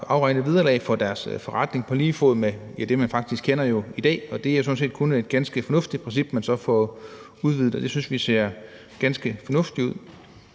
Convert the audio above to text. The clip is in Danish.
afregne vederlag for deres forretning på lige fod med det, man faktisk kender i dag, og det er jo sådan set kun et ganske fornuftigt princip, man så får udvidet. Det synes vi også ser ganske fornuftigt ud.